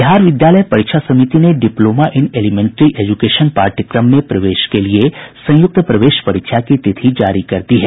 बिहार विद्यालय परीक्षा समिति ने डिप्लोमा इन एलिमेंट्री एजुकेशन पाठ्यक्रम में प्रवेश के लिये संयुक्त प्रवेश परीक्षा की तिथि जारी कर दी है